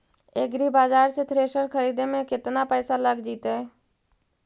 एग्रिबाजार से थ्रेसर खरिदे में केतना पैसा लग जितै?